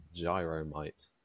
Gyromite